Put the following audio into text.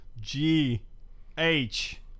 G-H